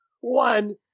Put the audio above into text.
One